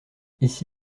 ici